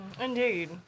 Indeed